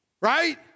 Right